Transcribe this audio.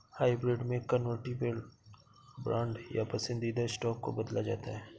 hybrid में convertible bond या पसंदीदा स्टॉक को बदला जाता है